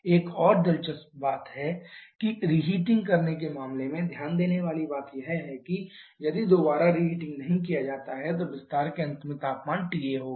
एक और दिलचस्प बात यह है कि रीहीटिंग करने के मामले में ध्यान देने वाली बात यह है कि यदि दोबारा रीहीटिंग नहीं किया जाता है तो विस्तार के अंत में तापमान TA होगा